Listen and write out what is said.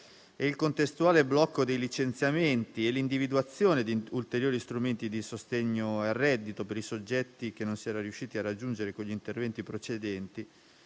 e il contestuale blocco dei licenziamenti e l'individuazione di ulteriori strumenti di sostegno al reddito per i soggetti che non si era riusciti a raggiungere con gli interventi precedenti,